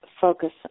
focus